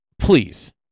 please